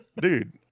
dude